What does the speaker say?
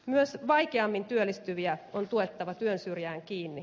myös vaikeammin työllistyviä on tuettava työn syrjään kiinni